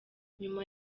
nyuma